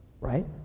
Right